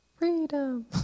Freedom